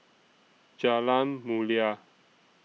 Jalan Mulia